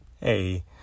Hey